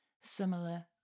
similar